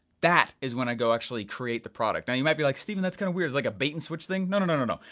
that is when i go actually create the product. and you might be like stephen that's kind of weird. it's like a bait and switch thing. no no no no no,